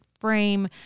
frame